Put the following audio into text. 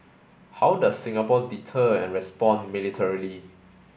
how does Singapore deter and respond militarily